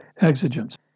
Exigence